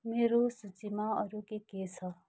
मेरो सूचीमा अरू के के छ